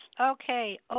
Okay